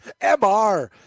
MR